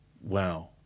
wow